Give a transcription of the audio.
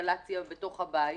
אינסטלציה בתוך הבית.